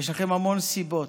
יש לכם המון סיבות,